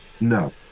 No